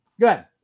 good